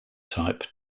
type